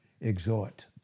exhort